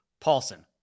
Paulson